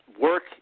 work